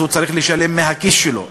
אז הוא צריך לשלם מהכיס שלו.